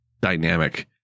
dynamic